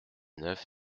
neuf